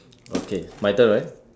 okay my turn right